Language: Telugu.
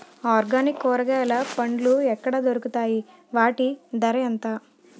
ఆర్గనిక్ కూరగాయలు పండ్లు ఎక్కడ దొరుకుతాయి? వాటి ధర ఎంత?